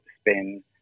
spend